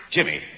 Jimmy